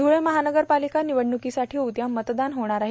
ध्ळे महानगरपालिका निवडण्कीसाठी उद्या मतदान होणार आहे